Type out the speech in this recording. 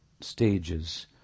stages